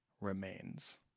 remains